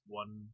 one